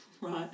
right